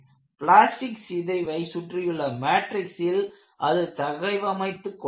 plastic சிதைவை சுற்றியுள்ள மேட்ரிக்சில் அது தகவமைத்துக் கொள்ளாது